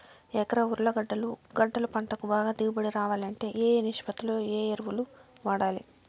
ఎకరా ఉర్లగడ్డలు గడ్డలు పంటకు బాగా దిగుబడి రావాలంటే ఏ ఏ నిష్పత్తిలో ఏ ఎరువులు వాడాలి?